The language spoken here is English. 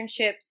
internships